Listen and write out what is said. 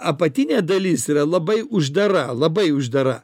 apatinė dalis yra labai uždara labai uždara